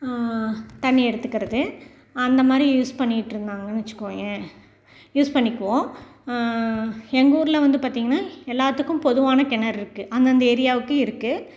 தண்ணி எடுத்துக்கிறது அந்த மாதிரி யூஸ் பண்ணிக்கிட்டு இருந்தாங்கன்னு வைச்சுக்கோயேன் யூஸ் பண்ணிக்குவோம் எங்கள் ஊரில் வந்து பார்த்தீங்கன்னா எல்லாத்துக்கும் பொதுவான கிணறு இருக்குது அந்தந்த ஏரியாவுக்கு இருக்குது